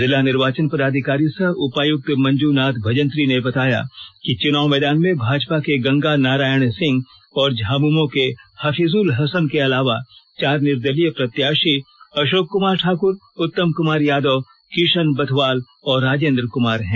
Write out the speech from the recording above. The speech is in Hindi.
जिला निर्वाचन पदाधिकारी सह उपायुक्त मंजूनाथ भजंत्री ने बताया कि चुनाव मैदान में भाजपा के गंगा नारायण सिंह और झामुमो के हफिजुल हसन के अलावा चार निर्दलीय प्रत्याशी अशोक कुमार ठाकुर उत्तम कुमार यादव किशन बथवाल और राजेन्द्र कुमार है